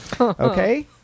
Okay